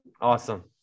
Awesome